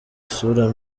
isura